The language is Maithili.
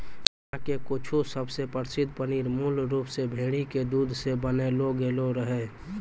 दुनिया के कुछु सबसे प्रसिद्ध पनीर मूल रूप से भेड़ी के दूध से बनैलो गेलो रहै